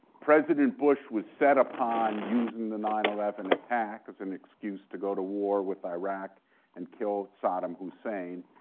president bush was set upon using the nine eleven attack as an excuse to go to war with iraq and kill saddam hussein,